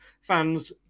fans